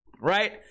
right